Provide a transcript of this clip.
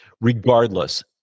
regardless